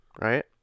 right